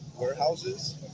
warehouses